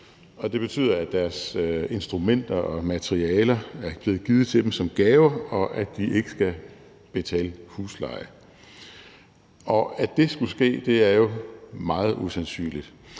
det betyder, at deres instrumenter og materialer er blevet givet til dem som gaver, og at de ikke skal betale husleje. Og at det skulle ske, er jo meget usandsynligt.